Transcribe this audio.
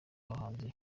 abahanzi